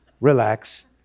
relax